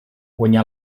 guanyà